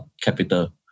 capital